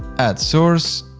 add source.